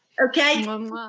Okay